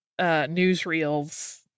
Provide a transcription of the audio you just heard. newsreels